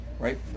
Right